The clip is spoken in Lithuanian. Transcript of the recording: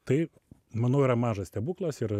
taip manau yra mažas stebuklas ir